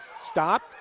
stop